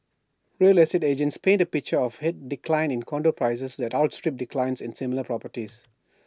real estate agents paint A picture of A decline in condo prices that outstrips declines in similar properties